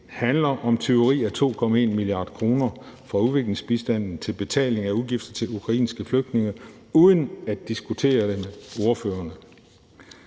handler om tyveri af 2,1 mia. kr. fra udviklingsbistanden til betaling af udgifter til ukrainske flygtninge uden at diskutere det med ordførerne.